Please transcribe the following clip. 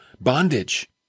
Bondage